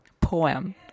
poem